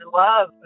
love